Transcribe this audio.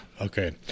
Okay